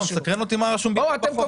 מסקרן אותי מה כתוב בחוק.